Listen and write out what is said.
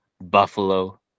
Buffalo